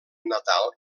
natal